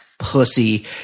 pussy